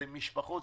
זה משפחות,